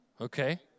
Okay